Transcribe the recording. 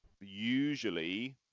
usually